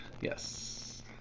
Yes